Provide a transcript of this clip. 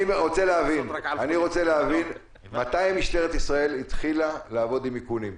אני רוצה להבין: מתי משטרת ישראל התחילה לעבוד עם איכונים?